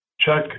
Chuck